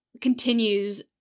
continues –